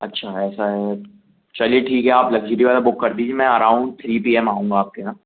अच्छा ऐसा है चलिए ठीक है आप लग्जरी वाला बुक कर दीजिए मैं आ रहा हूँ थ्री पी एम आऊँगा आपके यहाँ